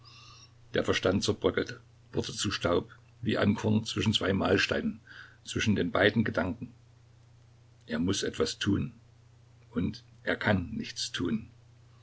der verstand zerbröckelte wurde zu staub wie ein korn zwischen zwei mahlsteinen zwischen den beiden gedanken er muß etwas tun und er kann nichts tun